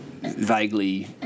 vaguely